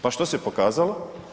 Pa što se pokazalo?